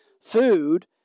food